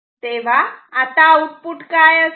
तेव्हा आता आउटपुट काय असेल